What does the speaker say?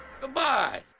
Goodbye